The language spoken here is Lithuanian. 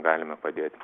galime padėti